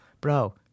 Bro